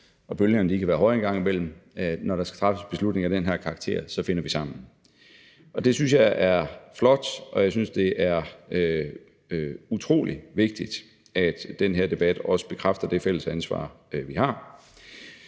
og bølgerne kan gå højt engang imellem, synes jeg, at vi, når der skal træffes beslutninger af den her karakter, finder sammen. Det synes jeg er flot, og jeg synes, det er utrolig vigtigt, at den her debat også bekræfter det fælles ansvar, vi har.